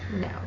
no